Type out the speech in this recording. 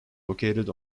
located